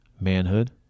manhood